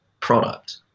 product